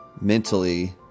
mentally